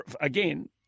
again